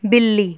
ਬਿੱਲੀ